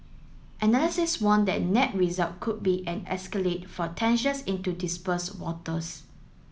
analysis warn that net result could be an escalate for tensions in to dispurse waters